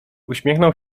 uśmiechnął